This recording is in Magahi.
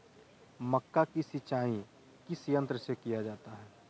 मक्का की सिंचाई किस यंत्र से किया जाता है?